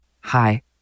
Hi